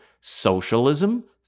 socialism